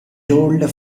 told